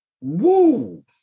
Woo